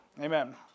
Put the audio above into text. amen